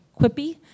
quippy